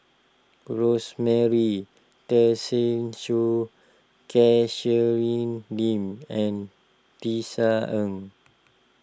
Rosemary Tessensohn Catherine Lim and Tisa Ng